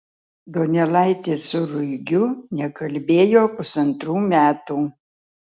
donelaitis su ruigiu nekalbėjo pusantrų metų